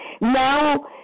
Now